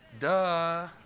duh